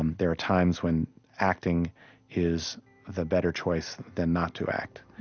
um there are times when acting is the better choice than not to act.